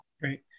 Great